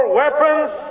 weapons